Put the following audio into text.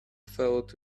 felt